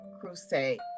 crusade